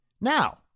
now